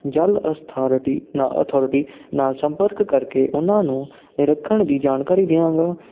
ਜਲ ਅਸਥਾਰਟੀ ਨਾ ਅਥੌਰਟੀ ਨਾਲ ਸੰਪਰਕ ਕਰਕੇ ਉਹਨਾਂ ਨੂੰ ਨਿਰੱਖਣ ਦੀ ਜਾਣਕਾਰੀ ਦਿਆਂਗਾ